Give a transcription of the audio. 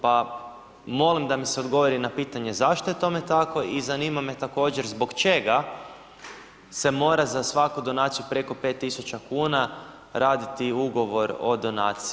Pa molim da mi se odgovori na pitanje zašto je tome tako i zanima me također zbog čega se mora za svaku donaciju preko 5 tisuća kuna raditi ugovor o donaciji.